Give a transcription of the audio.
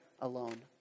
alone